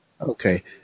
Okay